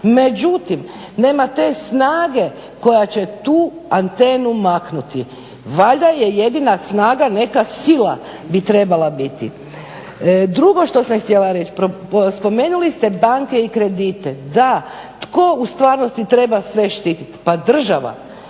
Međutim nema te snage koja će tu antenu maknuti. Valjda je jedina snaga neka sila bi trebala biti. Drugo što sam htjela reći, spomenuli ste banke i kredite, da, tko u stvarnosti treba sve štititi? Pa država,